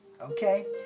okay